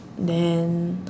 then